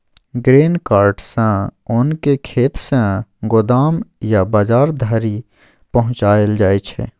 grain cart सँ ओन केँ खेत सँ गोदाम या बजार धरि पहुँचाएल जाइ छै